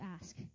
ask